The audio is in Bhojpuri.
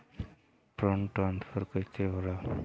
फण्ड ट्रांसफर कैसे होला?